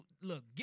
look